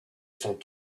sont